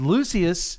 Lucius